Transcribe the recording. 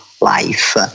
life